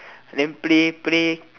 then play play